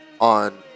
on